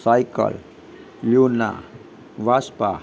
cycle Luna Vespa